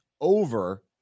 over